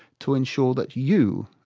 to ensure that you,